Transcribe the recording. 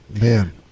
man